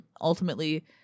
ultimately